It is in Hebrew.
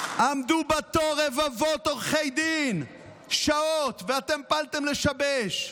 עמדו בתור רבבות עורכי דין שעות, ואתם פעלתם לשבש.